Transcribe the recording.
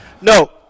No